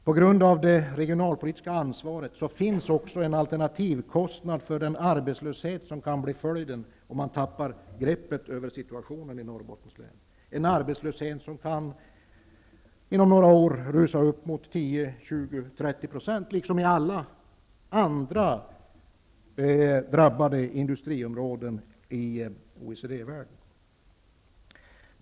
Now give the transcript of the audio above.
På grund av det regionalpolitiska ansvaret finns det också en alternativ kostnad för den arbetslöshet som kan bli följden om man tappar greppet över situationen i Norrbottens län, en arbetslöshet som inom några år kan rusa upp mot 10, 20 eller 30 %, på samma sätt som den gjort i alla andra drabbade industriområden i OECD världen.